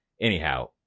anyhow